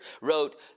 Wrote